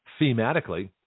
thematically